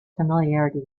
familiarity